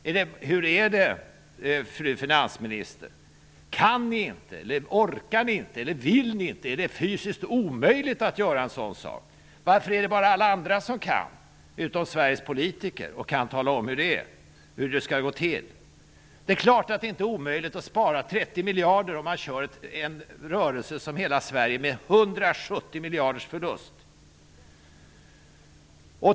Eller hur är det, fru finansminister? Kan ni inte, orkar ni inte, eller vill ni inte? Är det fysiskt omöjligt att göra en sådan sak? Varför är det bara alla andra, utom Sveriges politiker, som kan tala om hur det är och hur det skall gå till? Det är klart att det inte är omöjligt att spara 30 miljarder, om man driver en rörelse som hela Sverige med 170 miljarder i förlust.